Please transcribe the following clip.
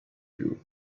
you